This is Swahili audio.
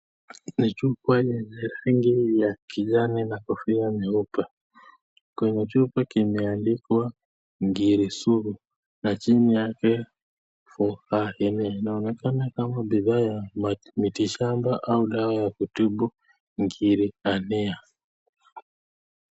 Ni chupa yenye rangi ya kijani na kofia nyeupe. Kwenye chupa kimeandikwa Ngiri sugu na chini yake for hernia . Inaonekana kama bidhaa ya miti shamba au dawa ya kutibu ngiri hania.